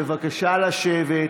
בבקשה לשבת.